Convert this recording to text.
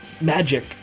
magic